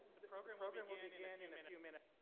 the program program will begin in a few minutes.